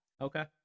Okay